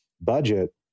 budget